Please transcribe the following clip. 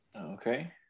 Okay